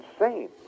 insane